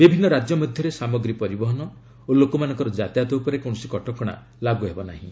ବିଭିନ୍ନ ରାଜ୍ୟ ମଧ୍ୟରେ ସାମଗ୍ରୀ ପରିବହନ ଓ ଲୋକମାନଙ୍କର ଯାତାୟାତ ଉପରେ କୌଶସି କଟକଣା ଲାଗୁ ହେବ ନାହିଁ